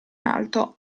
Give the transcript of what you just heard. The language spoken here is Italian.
alto